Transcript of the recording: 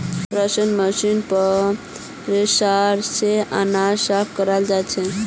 कृषि मशीनरीत थ्रेसर स अनाज साफ कराल जाछेक